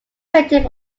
painting